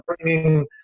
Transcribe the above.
bringing